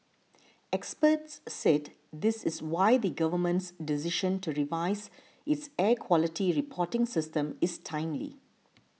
experts said this is why the Government's decision to revise its air quality reporting system is timely